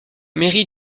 mairie